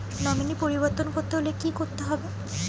Nominee পরিবর্তন করতে হলে কী করতে হবে?